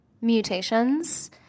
mutations